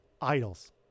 idols